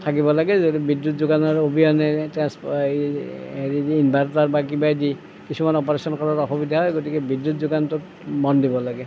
থাকিব লাগে যাতে বিদ্যুৎ যোগানৰ অবিহনে ট্ৰেন্স হেৰি ইনভাৰ্টাৰ বা কিবাই দি কিছুমান অপাৰেচন কৰাত অসুবিধা হয় গতিকে বিদ্যুৎ যোগানটোত মন দিব লাগে